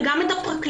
וגם את הפרקליטים.